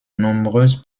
nombreuses